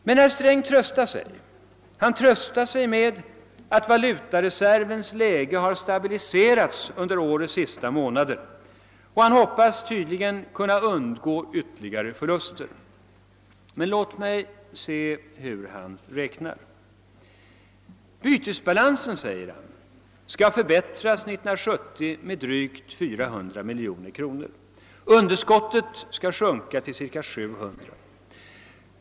Men herr Sträng tröstar sig med att läget beträffande valutareserven har stabiliserats under årets sista månader, och han hoppas tydligen kunna undgå ytterligare försämringar. Men låt oss se hur han då räknar. Bytesbalansen, säger herr Sträng, skall under 1970 förbättras med drygt 400 miljoner och underskottet sjunka till cirka 700 miljoner kronor.